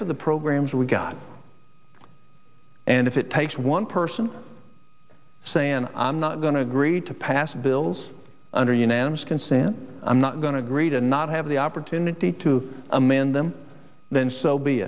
for the programs we've got and if it takes one person say and i'm not going to agree to pass bills under unanimous consent i'm not going to agree to not have the opportunity to amend them then so be